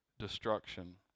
destruction